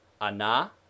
Ana